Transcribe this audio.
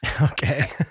Okay